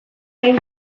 lehen